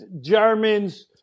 Germans